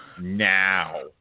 now